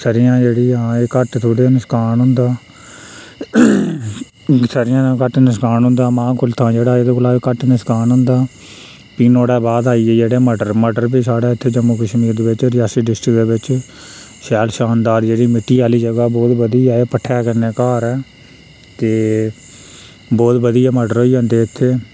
सरे'आं जेह्ड़ी हां एह् घट्ट थोह्ड़ा नकसान होंदा सरे'आं दा घट्ट नकसान होंदा मांह् कुल्थां जेह्ड़ा एह्दे कोला बी घट्ट नकसान होंदा फ्ही नुहाड़े बाद आई गे जेह्ड़े मटर मटर बी साढ़ै इत्थे जम्मू कश्मीर बिच्च रियासी डिस्टिक दे बिच्च शैल शानदार जेह्ड़ी मिट्टी आह्ली जगह् बौहत बधिया ऐ भट्ठे कन्नै घर ऐ ते बौह्त बधिया मटर होई जंदे उत्थे